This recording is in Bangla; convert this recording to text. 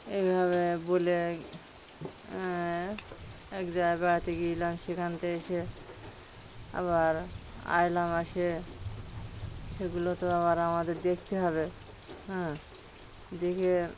এইভাবে বলে এক জায়গায় বেড়াতে গিয়েছিলাম সেখান থেকে এসে আবার আসলাম এসে সেগুলো তো আবার আমাদের দেখতে হবে হ্যাঁ দেখে